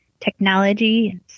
technology